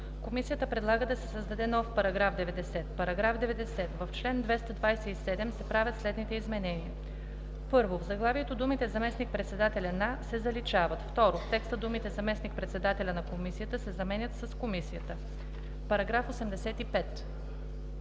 Комисията предлага да се създаде нов § 90: „§ 90. В чл. 227 се правят следните изменения: 1. В заглавието думите „заместник-председателя на“ се заличават. 2. В текста думите „Заместник-председателя на Комисията“ се заменят с „Комисията“.“ По § 85